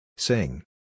Sing